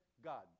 God